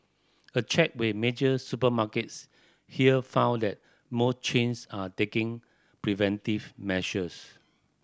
a check with major supermarkets here found that most chains are taking preventive measures